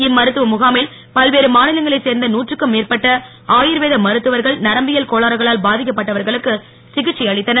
இம்மருத்துவ முகாமில் பல்வேறு மாநிலங்களைச் சேர்ந்த நூற்றுக்கும் மேற்பட்ட ஆயுர்வேத மருத்துவர்கள் நரம்பியல் கோளாறுகளால் பாதிக்கப்பட்டவர்களுக்கு சிகிச்சை அளித்தனர்